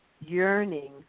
yearning